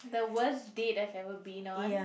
the worst date I've ever been on